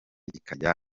ikajya